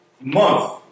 month